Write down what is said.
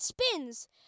spins